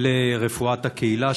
לרפואת הקהילה,